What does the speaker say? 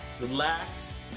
relax